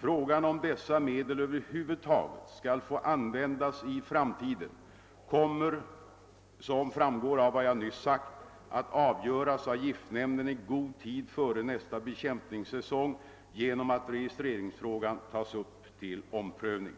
Frågan om dessa medel över huvud taget skall få användas i framtiden kommer, som framgår av vad jag nyss sagt, att avgöras av giftnämnden i god tid före nästa bekämpningssäsong genom att registre ringsfrågan tas upp till omprövning.